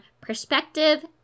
perspective